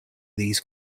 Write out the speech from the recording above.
these